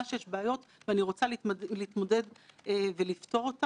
כמי שאמור להיות אמון על התחרות,